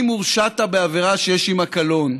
אם הורשעת בעבירה שיש עימה קלון,